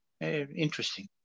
Interesting